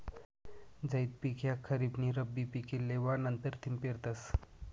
झैद पिक ह्या खरीप नी रब्बी पिके लेवा नंतरथिन पेरतस